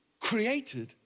created